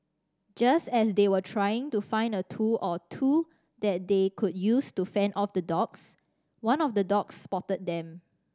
just as they were trying to find a tool or two that they could use to fend off the dogs one of the dogs spotted them